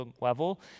level